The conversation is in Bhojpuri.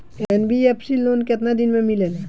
एन.बी.एफ.सी लोन केतना दिन मे मिलेला?